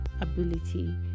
ability